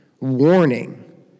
warning